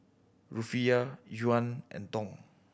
Rufiyaa Yuan and Dong